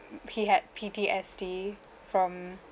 m~ he had P_T_S_D from